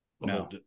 No